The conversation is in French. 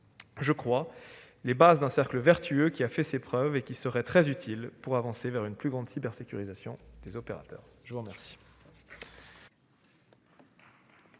posées les bases d'un cercle vertueux ayant fait ses preuves, ce qui sera très utile pour avancer vers une plus grande cybersécurisation des opérateurs. La parole